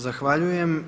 Zahvaljujem.